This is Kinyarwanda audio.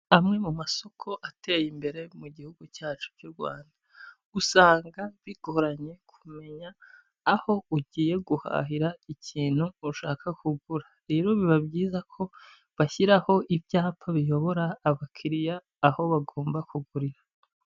Amwe mu masoko ateye imbere mu gihugu cyacu cy'u Rwanda, usanga bigoranye kumenya aho ugiye guhahira ikintu ushaka kugura, rero biba byiza ko bashyiraho ibyapa biyobora abakiriya, aho bagomba kugurira.